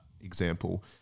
example